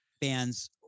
bands